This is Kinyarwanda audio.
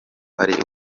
ari